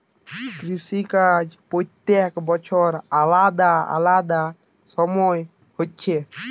কৃষি কাজ প্রত্যেক বছর আলাদা আলাদা সময় হচ্ছে